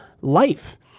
life